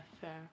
fair